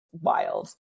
wild